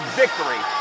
victory